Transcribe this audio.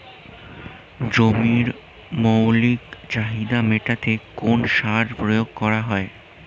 জমির মৌলিক চাহিদা মেটাতে কোন সার প্রয়োগ করা হয়?